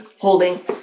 holding